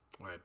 Right